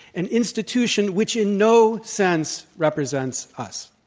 an institution which in no sense represents us.